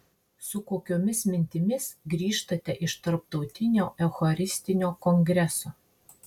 su kokiomis mintimis grįžtate iš tarptautinio eucharistinio kongreso